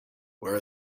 where